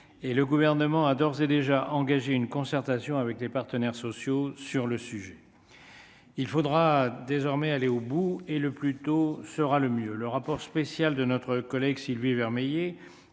le gouvernement a d'ores et déjà engagé une concertation avec les partenaires sociaux sur le sujet, il faudra désormais aller au bout et le plus tôt sera le mieux, le rapport spécial de notre collègue Sylvie Vermeillet